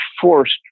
forced